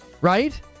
right